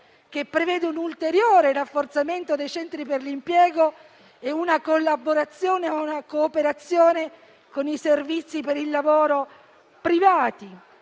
che prevede un ulteriore rafforzamento dei centri per l'impiego e una collaborazione e una cooperazione con i servizi per il lavoro privati;